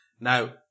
Now